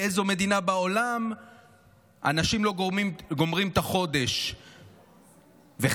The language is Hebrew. באיזו מדינה בעולם אנשים לא גומרים את החודש וחיילים